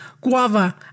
guava